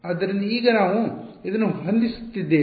ಆದ್ದರಿಂದ ಈಗ ನಾವು ಇದನ್ನು ಹೊಂದಿಸುತ್ತಿದ್ದೇವೆ